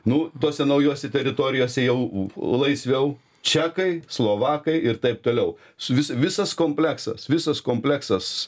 nu tose naujose teritorijose jau laisviau čekai slovakai ir taip toliau suvis visas kompleksas visas kompleksas